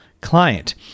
client